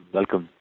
Welcome